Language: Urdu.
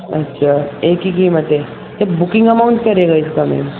اچھا ایک ہی قیمت ہے سر بکنگ اماؤنٹ کیا رہے گا اس کا